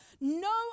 no